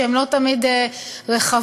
שהן לא תמיד רחבות,